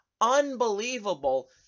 unbelievable